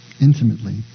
intimately